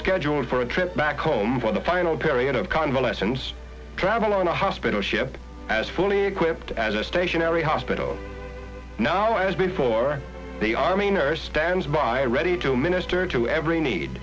scheduled for a trip back home for the final period of convalescence travel on a hospital ship as fully equipped as a stationary hospital now as before the army nurse stands by ready to minister to every ne